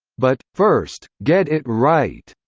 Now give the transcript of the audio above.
but, first, get it right,